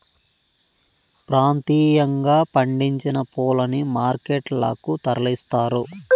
ప్రాంతీయంగా పండించిన పూలని మార్కెట్ లకు తరలిస్తారు